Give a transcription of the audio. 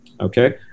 okay